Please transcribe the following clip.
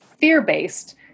fear-based